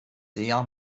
sehr